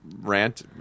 rant